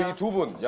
to but yeah